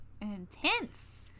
Intense